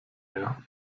mehr